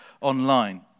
online